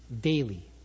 daily